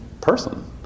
person